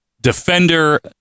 defender